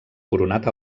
coronat